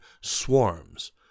swarms